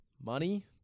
money